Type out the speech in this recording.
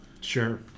sure